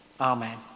Amen